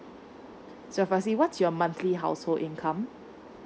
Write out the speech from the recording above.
so firstly what's your monthly household income